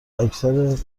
اکثر